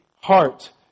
heart